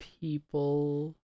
People